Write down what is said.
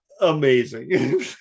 amazing